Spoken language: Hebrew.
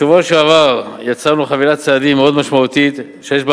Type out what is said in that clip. בשבוע שעבר יצרנו חבילת צעדים מאוד משמעותית שיש בה